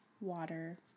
water